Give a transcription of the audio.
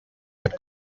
but